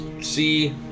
see